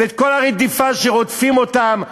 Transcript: ואת כל הרדיפה שרודפים אותם,